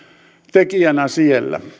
tekijänä siellä